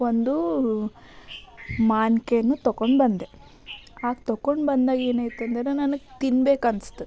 ಒಂದು ಮಾವಿನ್ಕಾಯನ್ನು ತೊಗೊಂಡು ಬಂದೆ ಹಾಗೆ ತೊಗೊಂಡು ಬಂದಾಗ ಏನಾಯ್ತೆಂದ್ರೆ ನನ್ಗೆ ತಿನ್ಬೇಕು ಅನ್ನಿಸ್ತು